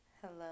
Hello